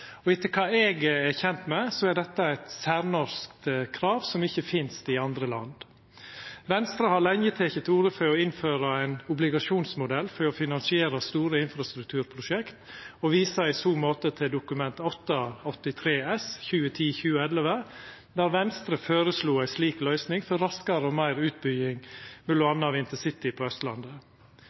Etter kva eg er kjend med, er dette eit særnorsk krav som ikkje finst i andre land. Venstre har lenge teke til orde for å innføra ein obligasjonsmodell for å finansiera store infrastrukturprosjekt, og viser i så måte til Dokument 8:83 S for 2010–2011, der Venstre føreslo ei slik løysing for raskare og meir utbygging m.a. av intercity på Austlandet.